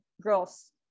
girls